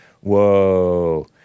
Whoa